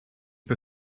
bei